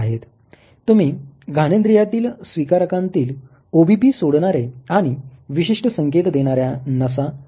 तुम्ही घानेन्द्रीयातील स्विकारकांतील OBP सोडणारे आणि विशिष्ट संकेत देणाऱ्या नसा पाहू शकता